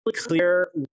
clear